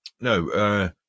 no